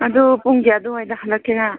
ꯑꯗꯨ ꯄꯨꯡ ꯀꯌꯥ ꯑꯗꯨꯋꯥꯏꯗ ꯍꯜꯂꯛꯀꯦꯔꯥ